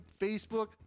facebook